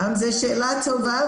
שאלה טובה,